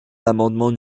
l’amendement